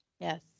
yes